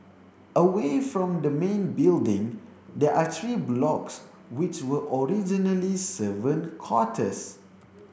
away from the main building there are three blocks which were originally servant quarters